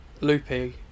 loopy